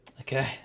okay